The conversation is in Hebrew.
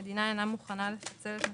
אז תמיד ההבדלים האלה נופלים על כל